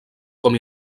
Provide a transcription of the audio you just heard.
com